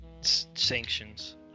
Sanctions